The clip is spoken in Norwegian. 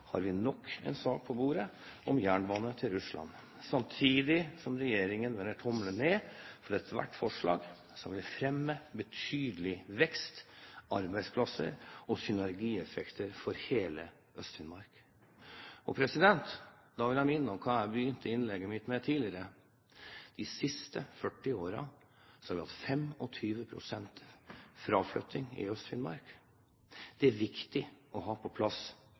har vi nok en sak på bordet om jernbane til Russland, samtidig som regjeringen vender tommelen ned for ethvert forslag som vil fremme betydelig vekst, gi arbeidsplasser og ha synergieffekter for hele Øst-Finnmark. Jeg vil minne om hva jeg begynte innlegget mitt med tidligere: De siste 40 årene har vi hatt 25 pst. fraflytting i Øst-Finnmark. Det er viktig å ha på plass